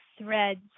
threads